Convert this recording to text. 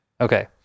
okay